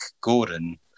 gordon